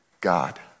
God